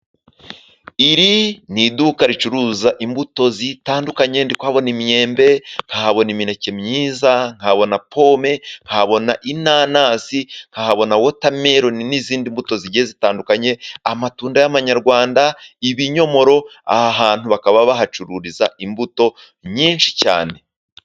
Iri ni iduka ricuruza imbuto zitandukanye, ndi kuhabona imyembe nkahabona imineke myiza nkabona pome, nkabona inanasi nkahabona wotameloni n'izindi mbuto zigiye zitandukanye, amatunda y'amanyarwanda, ibinyomoro, aha hantu bakaba bahacururiza imbuto nyinshi cyane.